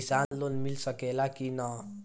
किसान लोन मिल सकेला कि न?